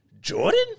Jordan